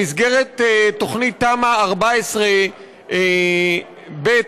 במסגרת תמ"א 14 ב',